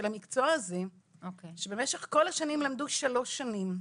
המקצוע הזה שבמשך כל השנים למדו שלוש שנים.